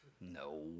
No